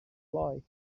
like